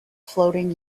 floating